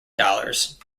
dollars